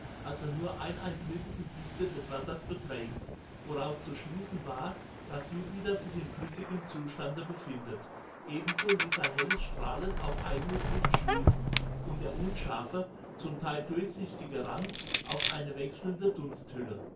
also nur die dichte des wassers beträgt woraus zu schließen war daß jupiter sich in flüssigem zustande befindet ebenso ließ sein helles strahlen auf eigenes licht schließen und der unscharfe zum teil durchsichtige rand auf eine wechselnde dunsthülle